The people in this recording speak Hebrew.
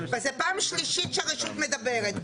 וזו פעם שלישית שהרשות מדברת.